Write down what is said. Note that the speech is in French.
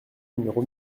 numéro